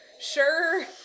Sure